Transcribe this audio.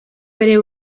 bere